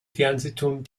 fernsehturm